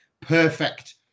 perfect